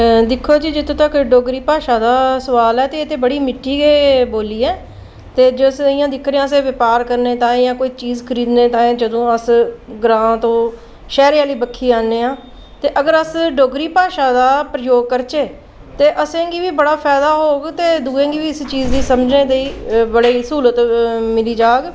दिक्खो जी जित्थै तक्कर डोगरी भाशा दा सोआल ऐ एह् ते बड़ी मिट्ठी बोल्ली ऐ ते जे अस दिक्खने आं बपार करने ताई जां कोई चीज खरिदने ताईं जदूं अस ग्रां तू शैह्रें आह्ली बक्खी औन्ने आं ते अगर अस डोगरी भाशा दा प्रयोग करचै ते असें गी बी बडा फायदा होग ते दुऐ गी बी इस चीज गी समझने ताईं बडी गै स्हूलत मिली जाह्ग